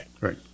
Right